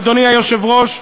אדוני היושב-ראש?